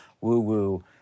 woo-woo